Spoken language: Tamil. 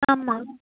ஆமாம்